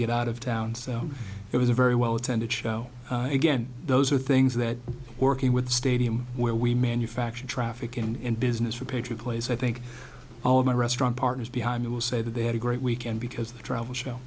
get out of town so it was a very well attended show again those are things that working with stadium where we manufacture traffic in business for patriot place i think all of my restaurant partners behind me will say that they had a great weekend because the travel show